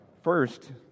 First